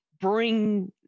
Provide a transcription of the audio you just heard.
bring